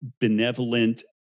benevolent